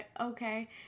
okay